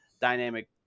dynamic